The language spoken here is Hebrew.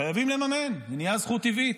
חייבים לממן, זו נהייתה זכות טבעית,